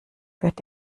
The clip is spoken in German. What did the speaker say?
wird